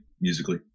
musically